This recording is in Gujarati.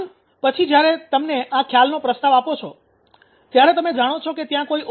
આમ પછી જ્યારે તમે આ ખ્યાલનો પ્રસ્તાવ આપો છો ત્યારે તમે જાણો કે ત્યાં કોઈ ઓ